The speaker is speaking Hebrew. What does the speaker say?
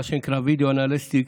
מה שנקרא video analytics,